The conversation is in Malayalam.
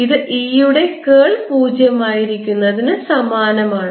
ഇത് E യുടെ കേൾ പൂജ്യമായിരിക്കുന്നതിന് സമാനമാണ്